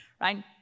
right